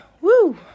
Woo